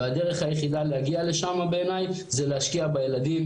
והדרך היחידה להגיע לשמה בעיניי זה להשקיע בילדים,